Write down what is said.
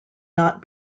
not